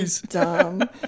dumb